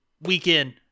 weekend